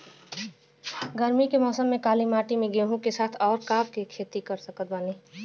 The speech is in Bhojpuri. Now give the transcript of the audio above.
गरमी के मौसम में काली माटी में गेहूँ के साथ और का के खेती कर सकत बानी?